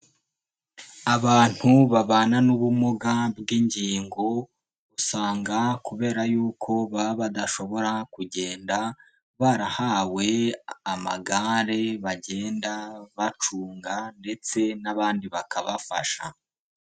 Abantu babana n'ubumuga bw'ingingo, usanga kubera yuko baba badashobora kugenda, barahawe amagare bagenda bacunga ndetse n'abandi bakabafasha.